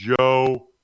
Joe